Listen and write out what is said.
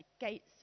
gates